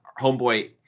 homeboy